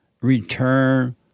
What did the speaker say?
return